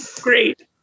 Great